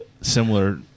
similar